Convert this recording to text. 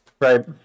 Right